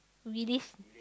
release